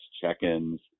check-ins